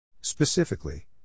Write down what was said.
Specifically